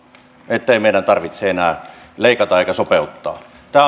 ettei meidän tarvitse enää leikata eikä sopeuttaa